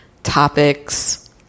Topics